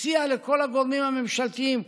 הציע לכל הגורמים הממשלתיים,